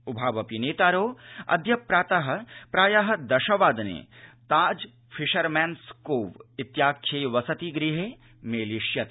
उभावपि नेतारौ अद्य प्रातः प्रायः दशवादने ताज फिशरमन्स् कोव् इत्याख्ये वसतिगृहे मेलिष्यतः